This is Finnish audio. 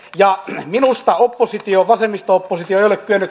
minusta vasemmisto oppositio ei ole kyennyt